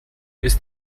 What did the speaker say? ist